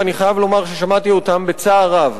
ואני חייב לומר ששמעתי אותם בצער רב,